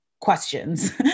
questions